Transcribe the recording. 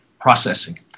processing